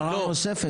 הערה נוספת.